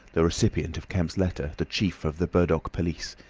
the recipient of kemp's letter, the chief of the burdock police.